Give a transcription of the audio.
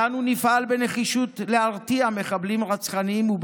ואנו נפעל בנחישות להרתיע מחבלים רצחניים ואת